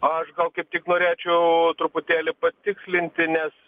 aš gal kaip tik norėčiau truputėlį patikslinti nes